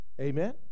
Amen